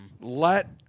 Let